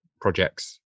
projects